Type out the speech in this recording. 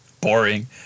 boring